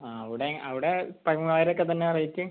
ആ അവിടെ അവിടെ പതിമൂവായിരൊക്കെ തന്നെയാണോ റേറ്റ്